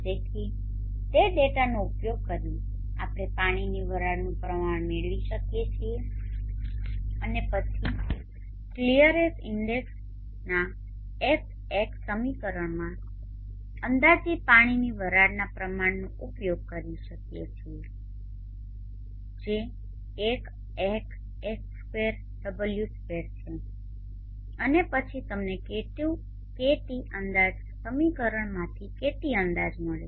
તેથી તે ડેટાનો ઉપયોગ કરીને આપણે પાણીની વરાળનુ પ્રમાણ મેળવી શકીએ છીએ અને પછી ક્લિયરનેસ ઇન્ડેક્સના f સમીકરણમાં અંદાજિત પાણીની વરાળના પ્રમાણનો ઉપયોગ કરી શકીએ છીએ જે 1 x x2 W2 છે અને પછી તમને kt અંદાજ સમીકરણમાંથી kt અંદાજ મળશે